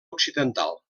occidental